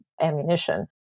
ammunition